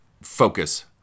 focus